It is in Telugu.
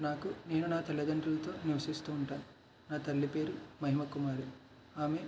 నాకు నేను నా తల్లిదండ్రులతో నివసిస్తూ ఉంటాను నా తల్లి పేరు మహిమ కుమారి ఆమె